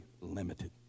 limited